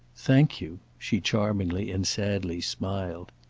thank you! she charmingly and sadly smiled.